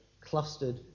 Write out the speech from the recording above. clustered